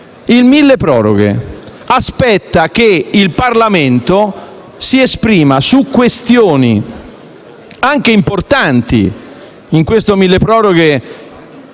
milleproroghe; aspetta che il Parlamento si esprima su questioni anche importanti (in questo decreto-legge